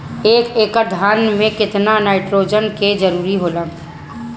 एक एकड़ धान मे केतना नाइट्रोजन के जरूरी होला?